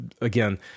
again